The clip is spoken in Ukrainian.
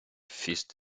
фіст